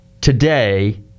today